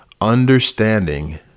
understanding